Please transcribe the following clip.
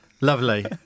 Lovely